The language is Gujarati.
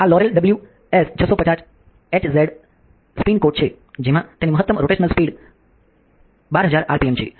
આ લોરેલડબ્લ્યુએસ 650 એચઝેડ સ્પિન કોટ છે જેમાં તેની મહત્તમ રોટેશનલ સ્પીડ 12000 આરપીએમ છે